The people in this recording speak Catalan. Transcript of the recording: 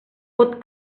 pot